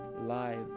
live